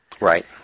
Right